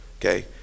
Okay